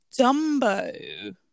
Dumbo